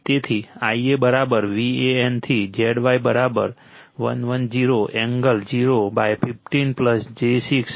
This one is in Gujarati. તેથી Ia Van થી Zy 110 એંગલ 0 15 j 6 6